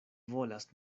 volas